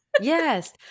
yes